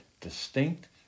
distinct